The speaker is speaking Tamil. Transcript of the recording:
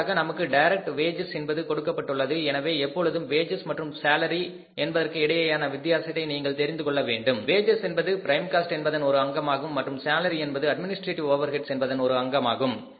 அடுத்ததாக நமக்கு டைரக்ட் வேஜஸ் என்பது கொடுக்கப்பட்டுள்ளது எனவே எப்பொழுதும் வேஜஸ் மற்றும் சேலரி என்பதற்கு இடையேயான வித்தியாசத்தை நீங்கள் தெரிந்து கொள்ள வேண்டும் வேஜஸ் என்பது பிரைம் காஸ்ட் என்பதன் ஒரு அங்கமாகும் மற்றும் சேலரி என்பது அட்மினிஸ்ட்ரேடிவ் ஓவர்ஹெட்ஸ் என்பதன் ஒரு அங்கமாகும்